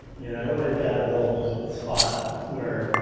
you know. everybody has got a little spot where,